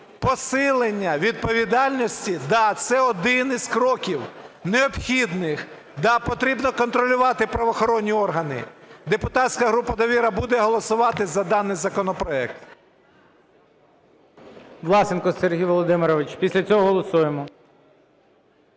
посилення відповідальності – да, це один із кроків, необхідних, да, потрібно контролювати правоохоронні органи. Депутатська група "Довіра" буде голосувати за даний законопроект.